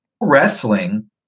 wrestling